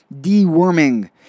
deworming